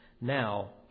now